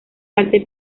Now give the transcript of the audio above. parte